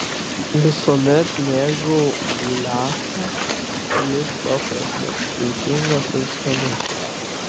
visuomet mėgau guliašą jis paprastas sultingas ir skanus